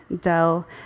Dell